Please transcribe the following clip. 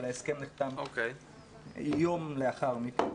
אבל ההסכם נחתם יום לאחר מכן.